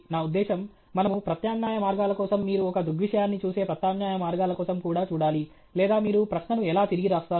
నా ఉద్దేశ్యం మనము ప్రత్యామ్నాయ మార్గాల కోసం మీరు ఒక దృగ్విషయాన్ని చూసే ప్రత్యామ్నాయ మార్గాల కోసం కూడా చూడాలి లేదా మీరు ప్రశ్నను ఎలా తిరిగి వ్రాస్తారు